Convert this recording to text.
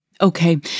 Okay